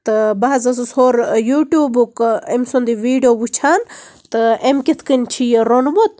تہٕ بہٕ حظ ٲسٕس ہورٕ یوٗٹوٗبُک أمۍ سُند یہِ ویٖڈیو وٕچھان تہٕ أمۍ کِتھۍ کَنۍ چھِ یہِ روٚنمُت